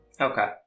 okay